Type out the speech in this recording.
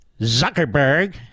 Zuckerberg